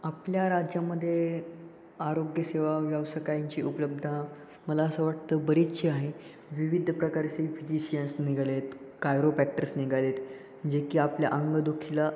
आपल्या राज्यामध्ये आरोग्यसेवा व्यावसायिकांची उपलब्धता मला असं वाटतं बरीचशी आहे विविध प्रकारचे फिजिशियन्स निघाले आहेत कायरोपॅक्टर्स निघाले आहेत जे की आपल्या अंगदुखीला